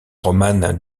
romane